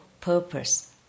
purpose